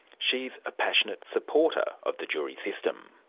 she's a passionate supporter of the jury system.